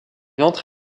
entre